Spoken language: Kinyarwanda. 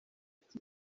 afite